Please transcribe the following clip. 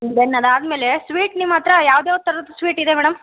then ಅದು ಆದಮೇಲೆ sweet ನಿಮ್ಮ ಹತ್ರ ಯಾವ್ದ್ಯಾವ್ದು ಥರದ್ದು ಸ್ವೀಟ್ ಇದೆ ಮೇಡಮ್